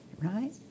right